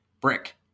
Brick